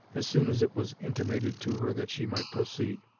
as soon as it was intimated to her that she might proceed,